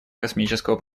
космического